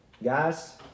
Guys